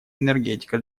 энергетика